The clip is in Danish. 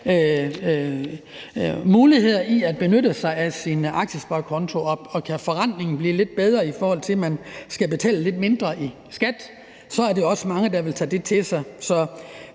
muligheder for at benytte sig af sin aktiesparekonto, og kan forrentningen blive lidt bedre, i forhold til at man skal betale lidt mindre i skat, er der også mange, der vil tage det til sig.